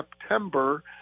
September